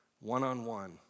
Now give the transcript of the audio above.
One-on-one